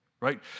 right